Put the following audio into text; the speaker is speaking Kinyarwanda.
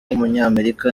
w’umunyamerika